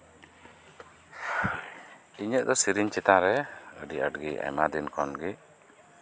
ᱤᱧᱟᱹᱜ ᱫᱚ ᱥᱮᱹᱨᱮᱹᱧ ᱪᱮᱛᱟᱱᱨᱮ ᱟᱹᱰᱤ ᱟᱸᱴ ᱜᱮ ᱟᱭᱢᱟ ᱫᱤᱱ ᱠᱷᱚᱱᱜᱮ